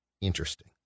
interesting